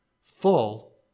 full